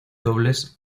dobles